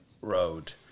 Road